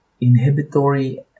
inhibitory